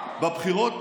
נכון, נכון, נכון.